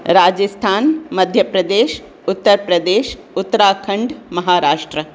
Rajasthan Madhya Pradesh Uttar Pradesh Uttarakhand Maharashtra